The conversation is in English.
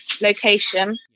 location